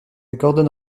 gordon